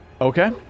Okay